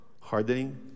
hardening